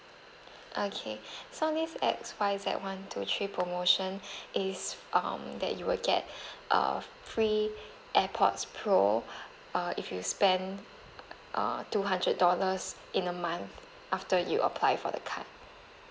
okay so this X Y Z one two three promotion is um that you will get a free airpods pro uh if you spend uh two hundred dollars in a month after you apply for the card